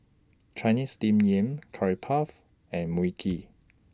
Chinese Steamed Yam Curry Puff and Mui Kee